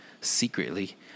secretly